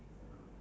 mmhmm